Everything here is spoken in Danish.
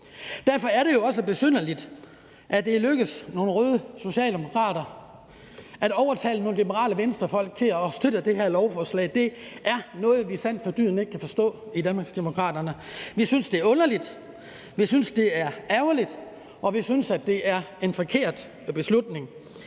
Derfor er det jo også besynderligt, at det er lykkedes nogle røde socialdemokrater at overtale nogle liberale Venstrefolk til at støtte det her lovforslag. Det er noget, vi sandt for dyden ikke kan forstå i Danmarksdemokraterne. Vi synes, det er underligt, vi synes, det er ærgerligt, og vi synes, det er en forkert beslutning.